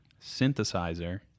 synthesizer